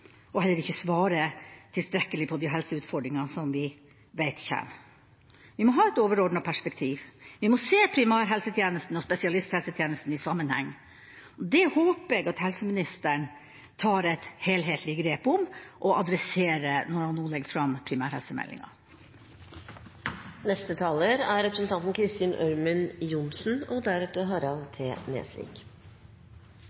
og heller ikke svarer tilstrekkelig på de helseutfordringene som vi vet kommer. Vi må ha et overordnet perspektiv, vi må se primærhelsetjenesten og spesialisthelsetjenesten i sammenheng. Det håper jeg at helseministeren tar et helhetlig grep om og tar tak i når han nå legger fram primærhelsemeldinga. Det er prisverdig og bra at representanten